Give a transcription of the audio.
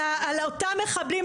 על אותם מחבלים,